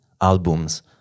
albums